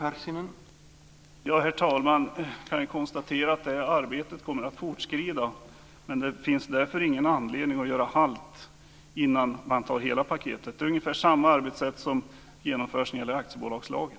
Herr talman! Jag konstaterar att det här arbetet kommer att fortskrida. Det finns ingen anledning att göra halt innan hela paketet antas. Vi använder ungefär samma arbetssätt som tillämpas vid reformeringen av aktiebolagslagen.